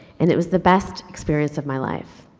and it was the best experience of my life.